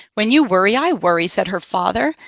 when you worry, i worry, said her father.